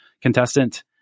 contestant